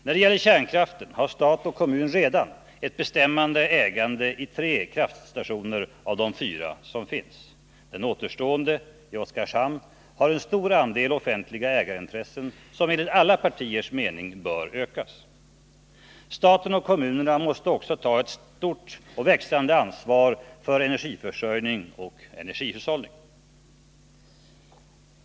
När det gäller kärnkraften har stat och kommun redan ett bestämmande ägande i tre av de fyra kraftstationer som finns. Den återstående — i Oskarshamn — har en stor andel offentliga ägarintressen, som enligt alla partiers mening bör ökas. Staten och kommunerna måste också ta ett stort och växande ansvar för energiförsörjning och energihushållning.